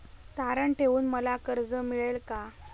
तारण ठेवून मला कर्ज मिळेल का?